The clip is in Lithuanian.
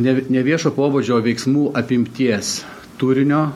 nevi neviešo pobūdžio veiksmų apimties turinio